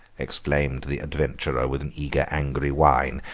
exclaimed the adventurer with an eager, angry whine,